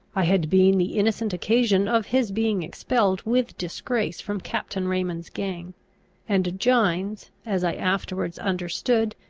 i had been the innocent occasion of his being expelled with disgrace from captain raymond's gang and gines, as i afterwards understood,